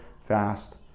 fast